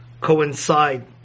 coincide